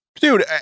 dude